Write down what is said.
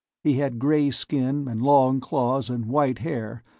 he had gray skin and long claws and white hair,